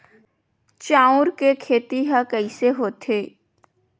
चांउर के खेती ह कइसे होथे?